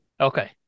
Okay